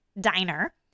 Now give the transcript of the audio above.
diner